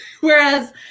Whereas